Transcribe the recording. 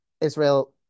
Israel